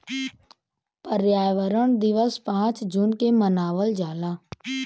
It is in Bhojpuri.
पर्यावरण दिवस पाँच जून के मनावल जाला